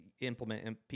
implement